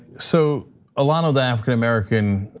so a lot of the african american